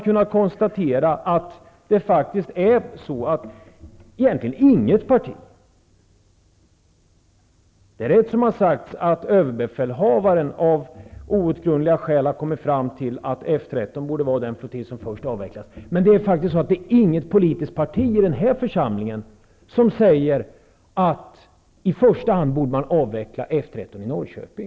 Det är rätt som det har sagts att överbefälhavaren av outgrundliga skäl har kommit fram till att F 13 är den flottilj som bör avvecklas först. Men man kan konstatera att inget politiskt parti i den här församlingen säger att man i första hand borde avveckla F 13 i Norrköping.